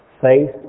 Faith